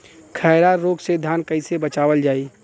खैरा रोग से धान कईसे बचावल जाई?